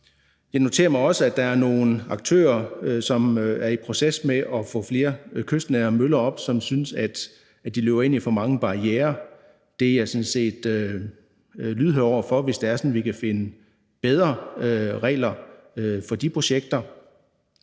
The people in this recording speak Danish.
Jeg noterer mig også, at der er nogle aktører, som er i den proces at få flere kystnære møller op, og som synes, at de løber ind i for mange barrierer. Jeg er sådan set lydhør over for, hvis det er sådan, at vi kan finde bedre regler for de projekter.